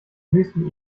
höchsten